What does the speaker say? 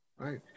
right